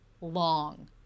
long